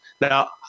Now